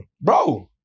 Bro